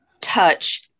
touch